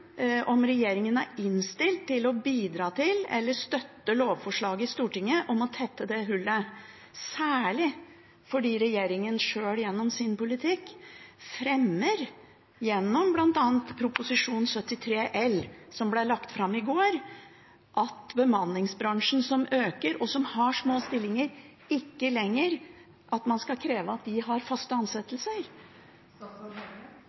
regjeringen innstilt på å bidra til eller støtte lovforslag i Stortinget om å tette det hullet – særlig fordi regjeringen sjøl gjennom sin politikk, bl.a. i Prop. 73 L for 2017–2018, som ble lagt fram i går, fremmer at man ikke lenger skal kreve av bemanningsbransjen, som øker, og som har små stillinger,